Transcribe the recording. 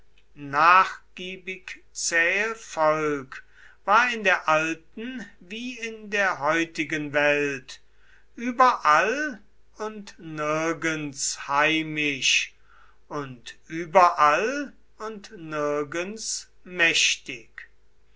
nachgiebig zähe volk war in der alten wie in der heutigen welt überall und nirgends heimisch und überall und nirgends mächtig